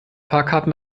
fahrkarten